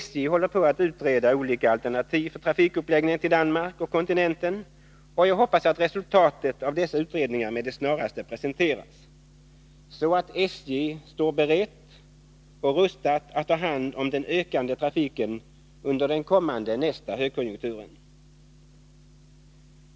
SJ håller på att utreda olika alternativ för trafikuppläggningen till Danmark och kontinenten, och jag hoppas att resultatet av dessa utredningar med det snaraste presenteras, så att SJ står berett och rustat att ta hand om trafikökningen under nästa högkonjunktur.